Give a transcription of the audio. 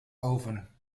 oven